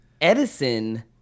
Edison